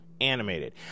animated